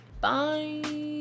bye